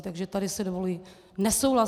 Takže tady si dovoluji nesouhlasit.